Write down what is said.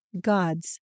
God's